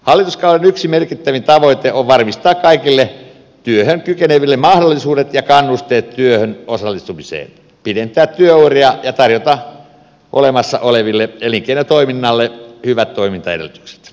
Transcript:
hallituskauden yksi merkittävin tavoite on varmistaa kaikille työhön kykeneville mahdollisuudet ja kannusteet työhön osallistumiseen pidentää työuria ja tarjota olemassa olevalle elinkeinotoiminnalle hyvät toimintaedellytykset